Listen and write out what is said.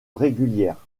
régulière